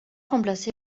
remplacer